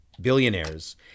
billionaires